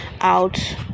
out